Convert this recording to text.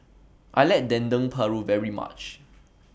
I like Dendeng Paru very much